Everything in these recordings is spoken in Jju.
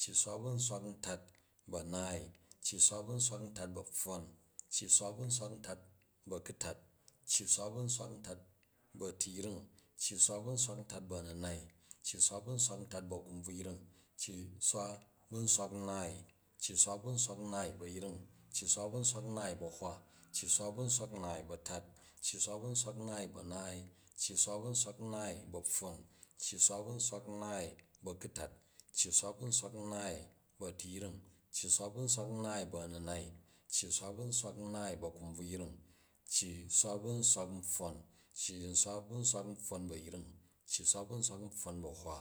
Cyi swa bu nswak ntat bu a̱naai, cyi swa bu nswak ntat bu a̱pfwon, cyi swa bu nswak ntat bu a̱kutat, cyi swa bu nswak ntat bu a̱tiyring, cyi swa bu nswak ntat bu a̱ninai, cyi swa bu nswak ntat bu akumbrubyring, cyi swa bu nswak naai. Cyi swa bu nswa naai bu a̱yring, cyi swa bu nswak naai bu a̱hwa, cyi swa bu nswak naai bu a̱tat, cyi swa bu nswak naai bu a̱naanai, cyi swa bu nswak naai bu a̱pfwon, cyi swa bu nswak naai bu a̱ku̱tat, cyi swa bu nswak naai bu a̱tiyring, cyi swa bu nswak naai bu a̱ninai, cyi swa bu nswak naai bu akumbvruying, cyi swa bu nswak npfwon, cyi swa bu nswak npfwon bu a̱fring, cyi swa bu nswak npfwon bu a̱hwa,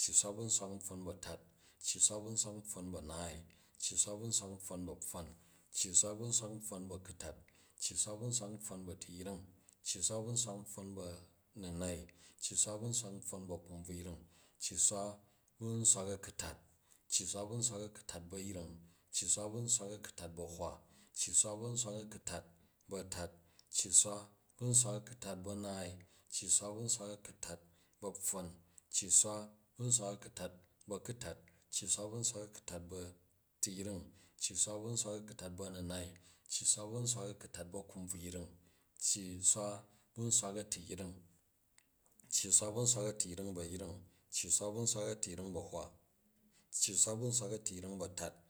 cyi swa bu nswak npfwon bu a̱tat, cyi swa bu nswak npfwon bu a̱naai, cyi swa bu nswak npfwon bu a̱pfwon, cyi swa bu nswak npfwon bu a̱ku̱tat, cyi swa bu nswak npfwon bu a̱tiyring, cyi swa bu nswak npfwon bu a̱ninai, cyi swa bu nswak npfwon bu a̱kumbvuyring, cyi swa bu nswak a̱ku̱tat. Cyi swa bu nswak a̱kutat bu a̱yring, cyi swa bu nswak a̱ku̱tat bu a̱hwa, cyi swa bu nswak a̱ku̱tat bu a̱tat, cyi swa bu nswak a̱ku̱tat bu a̱naai, cyi swa bu nswak a̱ku̱tat bu a̱pfwn cyi swa bu nswak a̱ku̱tat bu a̱ku̱tat, cyi swa bu nswak a̱ku̱tat bu a̱tiyring, cyi swa bu nswak a̱ku̱tat bu a̱ninai, cyi swa bu nswak a̱ku̱tat bu a̱kubvuyring, cyi swa bu nswak atiyring. Cyi swa bu nswak a̱tiyring, cyi swa bu nswak a̱tiyring bu a̱yring, cyi swa bu nswak a̱tiyring bu a̱hwa, cyi swa bu nswak a̱tiyring bu a̱tat